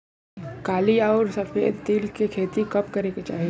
काली अउर सफेद तिल के खेती कब करे के चाही?